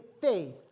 faith